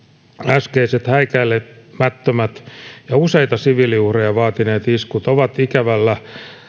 äskeiset häikäilemättömät ja useita siviiliuhreja vaatineet iskut ovat ikävällä